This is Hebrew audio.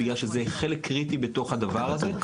זהו חלק קריטי בתוך הדבר הזה,